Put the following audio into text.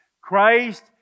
Christ